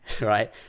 right